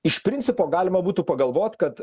iš principo galima būtų pagalvot kad